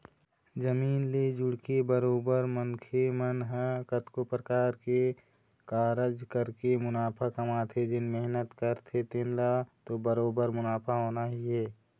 जमीन ले जुड़के बरोबर मनखे मन ह कतको परकार के कारज करके मुनाफा कमाथे जेन मेहनत करथे तेन ल तो बरोबर मुनाफा होना ही हे